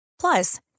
Plus